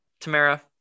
Tamara